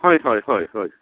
হয় হয় হয় হয়